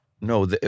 No